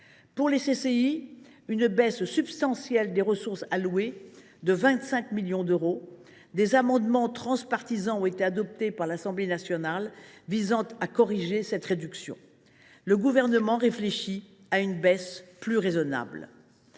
nous observons une baisse substantielle des ressources allouées de 25 millions d’euros. Des amendements transpartisans ont été adoptés par l’Assemblée nationale visant à corriger cette réduction. Le Gouvernement réfléchit à une baisse plus raisonnable.